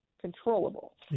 controllable